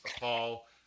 Paul